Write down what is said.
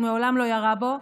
הוא מעולם לא ירה בו,